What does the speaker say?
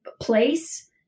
place